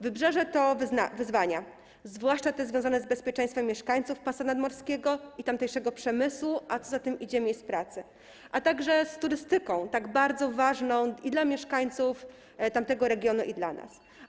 Wybrzeże to wyzwania, zwłaszcza te związane z bezpieczeństwem mieszkańców pasa nadmorskiego i tamtejszego przemysłu, a co za tym idzie, miejsc pracy, a także z turystyką, tak bardzo ważną i dla mieszkańców tamtego regionu, i dla nas.